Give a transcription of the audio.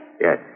Yes